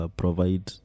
provide